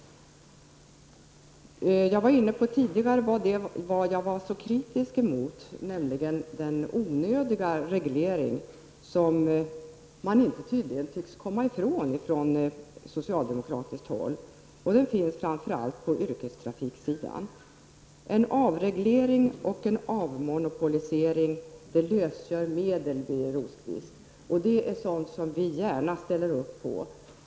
Jag nämnde tidigare vad jag var kritisk emot, nämligen den onödiga reglering som socialdemokraterna tydligen inte tycks komma ifrån. Denna reglering finns framför allt på yrkestrafiksidan. En avreglering och en avmonopolisering lösgör medel, Birger Rosqvist, och det är sådant som vi gärna ställer upp på.